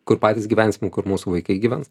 kur patys gyvensim kur mūsų vaikai gyvens